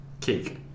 Cake